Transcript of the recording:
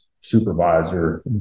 supervisor